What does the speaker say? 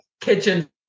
kitchen